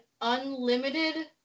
unlimited